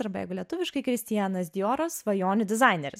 arba jeigu lietuviškai kristianas dioras svajonių dizaineris